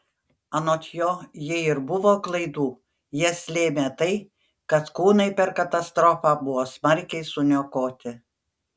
anot jo jei ir buvo klaidų jas lėmė tai kad kūnai per katastrofą buvo smarkiai suniokoti